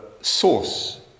source